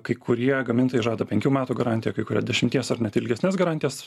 kai kurie gamintojai žada penkių metų garantiją kai kurie dešimties ar net ilgesnes garantijas